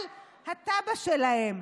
על התב"ע שלהם,